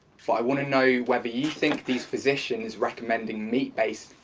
i want to know whether you think these physicians recommending meat-based,